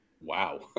Wow